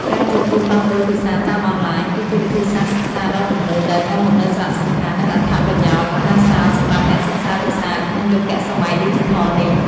ការជួបជុំដោះដូរភាសាតាមអនឡាញ គឺជាវិធីសាស្ត្រសិក្សាដ៏ទំនើបដែលនាំមកនូវសារៈសំខាន់ និងអត្ថប្រយោជន៍មហាសាលសម្រាប់អ្នកសិក្សាភាសាក្នុងយុគសម័យឌីជីថលនេះ។